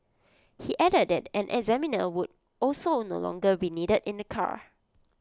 he added that an examiner would also no longer be needed in the car